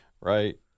Right